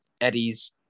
eddie's